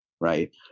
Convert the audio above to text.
right